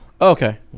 Okay